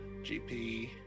gp